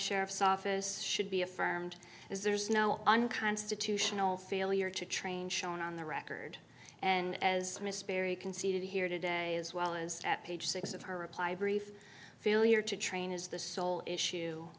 sheriff's office should be affirmed is there's no unconstitutional failure to train shown on the record and as mr berry conceded here today as well as page six of her reply brief failure to train is the sole issue